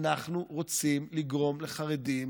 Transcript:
אנחנו רוצים לגרום לחרדים